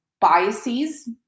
biases